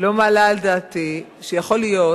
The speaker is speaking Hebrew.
לא מעלה על דעתי, שיכול להיות,